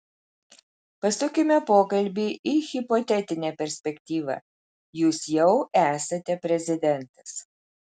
pasukime pokalbį į hipotetinę perspektyvą jūs jau esate prezidentas